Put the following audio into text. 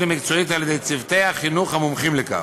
ומקצועית על-ידי צוותי החינוך המומחים לכך.